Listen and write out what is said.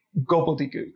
gobbledygook